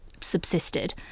subsisted